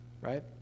right